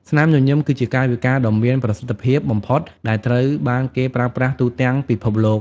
ស្នាមញញឹម គឺជាកាយវិការដ៏មានប្រសិទ្ធភាពបំផុតដែលត្រូវបានគេប្រើប្រាស់ទូទាំងពិភពលោក។